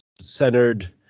centered